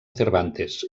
cervantes